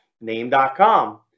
name.com